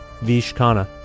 Vishkana